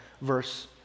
verse